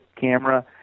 camera